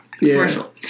commercial